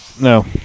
No